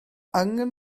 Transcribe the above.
angen